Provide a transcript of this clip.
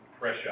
pressure